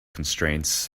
constraints